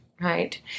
right